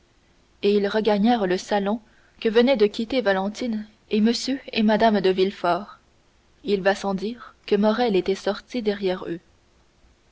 et ils regagnèrent le salon que venaient de quitter valentine et m et mme de villefort il va sans dire que morrel était sorti derrière eux